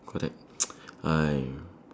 correct I